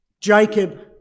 Jacob